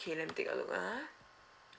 okay let me take a look ah